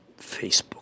Facebook